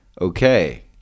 Okay